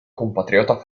compatriota